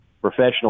professional